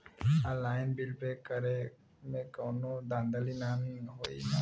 Online bill pay करे में कौनो धांधली ना होई ना?